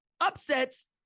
upsets